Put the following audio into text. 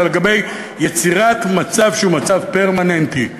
אלא ליצירת מצב שהוא מצב פרמננטי.